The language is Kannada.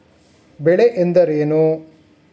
ಬೆಳೆ ಎಂದರೇನು?